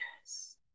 Yes